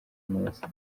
neza